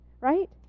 right